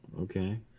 okay